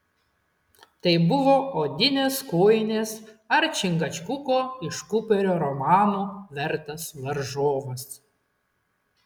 tai buvo odinės kojinės ar čingačguko iš kuperio romanų vertas varžovas